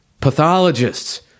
Pathologists